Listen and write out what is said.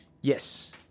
Yes